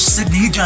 Sydney